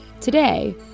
Today